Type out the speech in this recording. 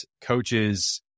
coaches